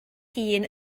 hun